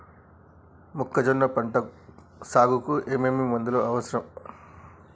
మొక్కజొన్న పంట సాగుకు ఏమేమి మందులు అవసరం?